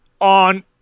on